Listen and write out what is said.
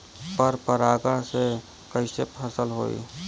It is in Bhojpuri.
पर परागण से कईसे फसल होई?